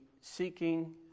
seeking